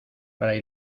fray